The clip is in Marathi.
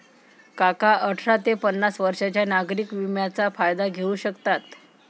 काका अठरा ते पन्नास वर्षांच्या नागरिक विम्याचा फायदा घेऊ शकतात